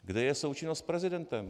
Kde je součinnost s prezidentem?